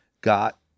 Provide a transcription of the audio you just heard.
got